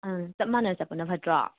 ꯑꯪ ꯆꯞ ꯃꯥꯟꯅꯅ ꯆꯠꯄꯅ ꯐꯠꯇ꯭ꯔꯣ